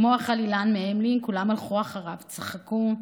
כמו החלילן מהמלין, כולם הלכו אחריו, צחקו,